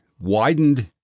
widened